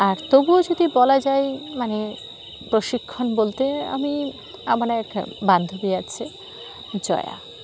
আর তবুও যদি বলা যায় মানে প্রশিক্ষণ বলতে আমি আমার এক বান্ধবী আছে জয়া